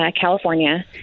California